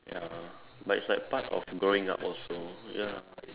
ya but it's like part of growing up also ya